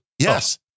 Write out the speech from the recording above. Yes